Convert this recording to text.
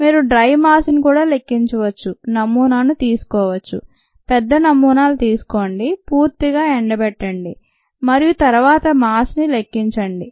మీరు dry mass ని కూడా లెక్కించవచ్చు నమూనాను తీసుకోవచ్చు పెద్ద నమూనాను తీసుకోండి పూర్తిగా ఎండబెట్టండి మరియు తరువాత మాస్ ని లెక్కించండి